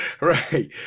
Right